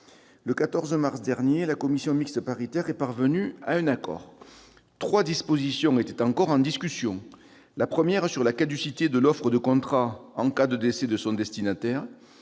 Le 14 mars dernier, la commission mixte paritaire est parvenue à un accord. Trois dispositions étaient encore en discussion : la première, sur la caducité de l'offre de contrat en cas de décès de son destinataire